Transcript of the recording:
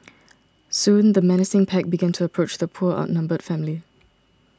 soon the menacing pack began to approach the poor outnumbered family